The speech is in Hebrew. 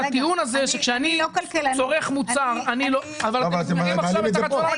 שכאשר אני צורך מוצר אני כבר משלם בתוכו מיסים.